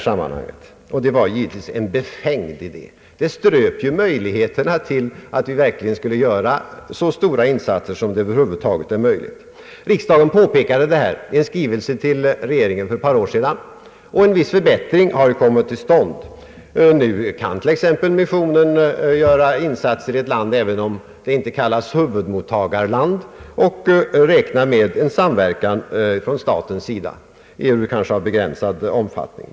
Det var givetvis en befängd idé som ströp möjligheterna till största möjliga insatser. Riksdagen påpekade detta i skrivelse till regeringen för ett par år sedan, och en viss förbättring har kommit till stånd. Nu kan t.ex. missionen få bidrag, ehuru i begränsad omfattning, även till insatser i ett land som inte kallas huvudmottagarland.